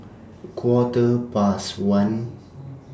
Quarter Past one